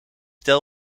tel